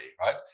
right